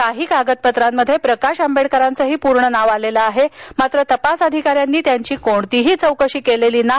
काही कागदपत्रामध्ये प्रकाश आंबेडकर यांच पूर्ण नाव आल असून तपास अधिकाऱ्यांनी त्यांची कोणतीही चौकशी केलेली नाही